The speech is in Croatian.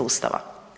Ustava.